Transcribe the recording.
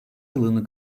yılını